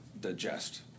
digest